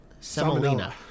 semolina